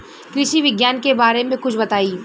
कृषि विज्ञान के बारे में कुछ बताई